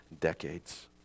decades